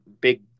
big